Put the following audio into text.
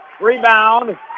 Rebound